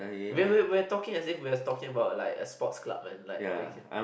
we we we're talking as if we are talking about like a sports club man like we can